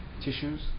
tissues